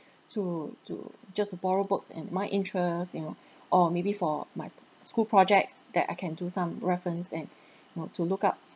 to to just borrow books in my interest you know or maybe for my school projects that I can do some reference and you know to look up